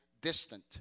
distant